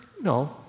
no